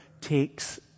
takes